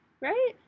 right